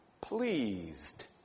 pleased